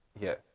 Yes